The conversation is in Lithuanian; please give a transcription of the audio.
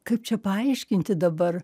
kaip čia paaiškinti dabar